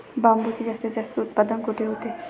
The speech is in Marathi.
बांबूचे जास्तीत जास्त उत्पादन कुठे होते?